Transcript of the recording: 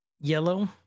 yellow